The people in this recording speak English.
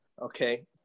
Okay